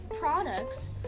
products